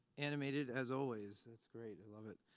animated as always. that's great, i love it.